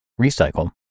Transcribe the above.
recycle